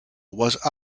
was